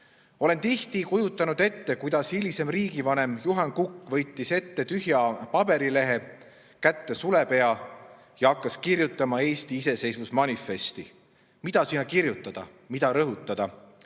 Olen tihti kujutanud ette, kuidas hilisem riigivanem Juhan Kukk võttis ette tühja paberilehe, kätte sulepea ja hakkas kirjutama Eesti iseseisvusmanifesti. Mida sinna kirjutada, mida rõhutada?